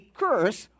curse